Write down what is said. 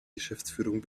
geschäftsführung